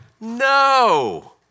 No